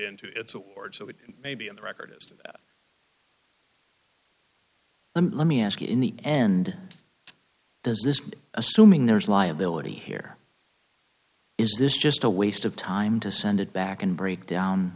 it may be on the record is let me ask in the end does this assuming there's liability here is this just a waste of time to send it back and break down